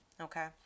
okay